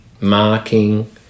marking